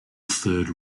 third